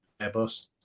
Airbus